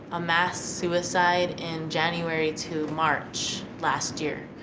a mass suicide in january to march, last year.